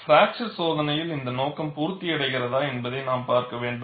fracture சோதனையில் இந்த நோக்கம் பூர்த்தி அடைகிறதா என்பதை நாம் பார்க்க வேண்டும்